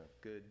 good